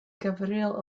говорил